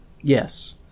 Yes